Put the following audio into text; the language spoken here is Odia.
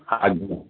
ଆଜ୍ଞା